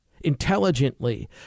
intelligently